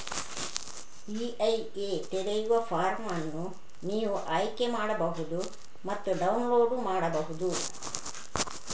EIA ತೆರೆಯುವ form ಅನ್ನು ನೀವು ಆಯ್ಕೆ ಮಾಡಬಹುದು ಮತ್ತು ಡೌನ್ಲೋಡ್ ಮಾಡಬಹುದು